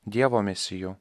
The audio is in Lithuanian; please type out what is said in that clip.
dievo mesiju